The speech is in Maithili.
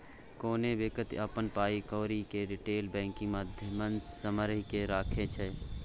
कोनो बेकती अपन पाइ कौरी केँ रिटेल बैंकिंग माध्यमसँ सम्हारि केँ राखै छै